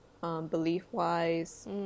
belief-wise